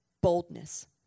boldness